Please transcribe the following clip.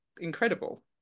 incredible